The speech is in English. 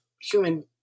human